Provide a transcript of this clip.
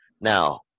Now